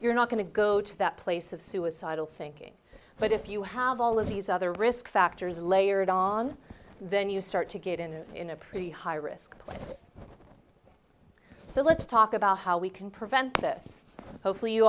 you're not going to go to that place of suicidal thinking but if you have all of these other risk factors layered on then you start to get in in a pretty high risk plants so let's talk about how we can prevent this hopefully you